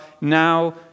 now